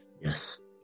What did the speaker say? yes